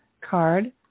card